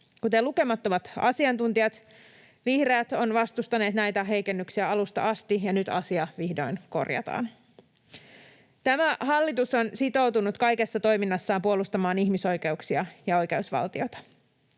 Kuten lukemattomat asiantuntijat, vihreät ovat vastustaneet näitä heikennyksiä alusta asti, ja nyt asia vihdoin korjataan. Tämä hallitus on sitoutunut kaikessa toiminnassaan puolustamaan ihmisoikeuksia ja oikeusvaltiota,